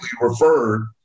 referred